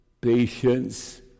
patience